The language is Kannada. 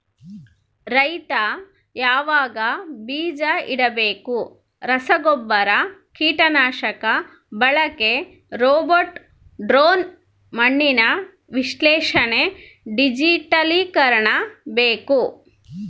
ರೈತ ಯಾವಾಗ ಬೀಜ ಇಡಬೇಕು ರಸಗುಬ್ಬರ ಕೀಟನಾಶಕ ಬಳಕೆ ರೋಬೋಟ್ ಡ್ರೋನ್ ಮಣ್ಣಿನ ವಿಶ್ಲೇಷಣೆ ಡಿಜಿಟಲೀಕರಣ ಬೇಕು